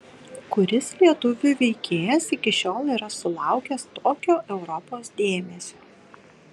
kuris lietuvių veikėjas iki šiol yra sulaukęs tokio europos dėmesio